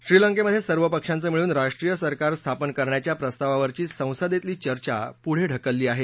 श्रीलंकेमधे सर्व पक्षांचं मिळून राष्ट्रीय सरकार स्थापन करण्याच्या प्रस्तावावरची संसदेतली चर्चा पुढं ढकलण्यात आली आहे